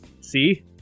See